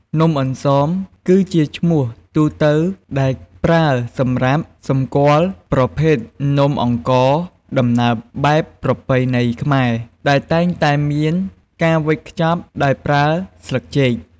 នំអន្សម គឺជាឈ្មោះទូទៅដែលប្រើសម្រាប់សម្គាល់ប្រភេទនំអង្ករដំណើបបែបប្រពៃណីខ្មែរ ដែលតែងតែមានការវេចខ្ចប់ដោយប្រើស្លឹកចេក។